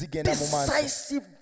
decisive